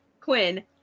Quinn